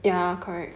ya correct